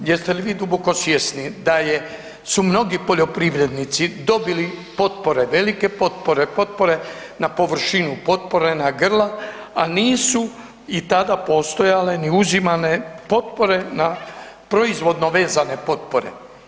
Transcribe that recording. Jeste li duboko svjesni da su mnogi poljoprivrednici dobili potpore, velike potpore na površinu potpore, na grla a nisu i tada postojale ni uzimane potpore na proizvodno vezane potpore?